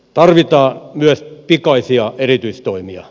tarvitaan myös pikaisia erityistoimia